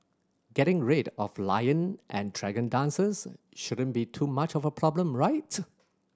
getting rid of lion and dragon dances shouldn't be too much of a problem right